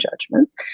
judgments